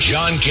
John